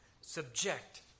subject